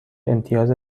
امتیاز